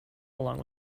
along